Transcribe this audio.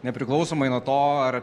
nepriklausomai nuo to ar